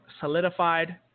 solidified